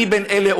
אני בין אלה,